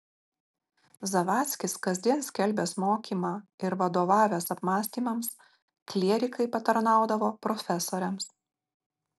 zavadzkis kasdien skelbęs mokymą ir vadovavęs apmąstymams klierikai patarnaudavo profesoriams